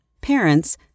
parents